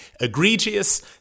Egregious